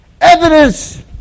Evidence